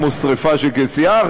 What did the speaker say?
כמו שרפה של כנסייה,